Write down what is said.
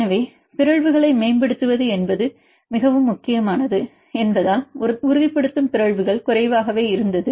எனவே பிறழ்வுகளை மேம்படுத்துவது மிகவும் முக்கியமானது என்பதால் உறுதிப்படுத்தும் பிறழ்வுகள் குறைவாகவே இருந்தது